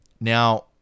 Now